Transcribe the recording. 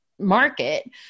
market